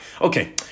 okay